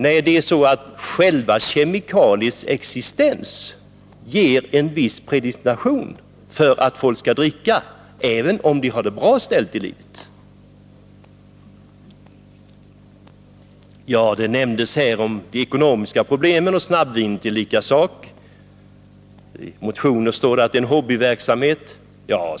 Nej, det är så att själva existensen av dessa kemikalier predestinerar folk att dricka, även de som har det bra ställt i livet. Det har nämnts om de ekonomiska problemen i samband med snabbvin. I en motion står det att snabbvinstillverkning skulle vara ”en typisk hobbyverksamhet”.